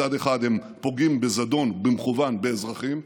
מצד אחד הם פוגעים בזדון, במכוון, באזרחים,